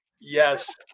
yes